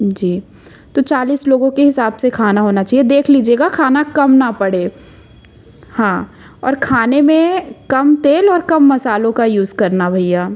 जी तो चालीस लोगों के हिसाब से खाना होना चाहिए देख लीजिएगा खाना कम ना पड़े हाँ और खाने में कम तेल और कम मसालों का यूज़ करना भैया